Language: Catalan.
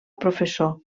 professor